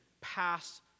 pass